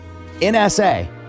NSA